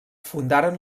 fundaren